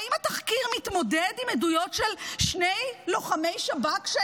האם התחקיר מתמודד עם עדויות של שני לוחמי שב"כ,